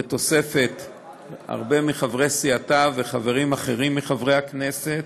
עם הרבה מחברי סיעתה וחברים אחרים מחברי הכנסת.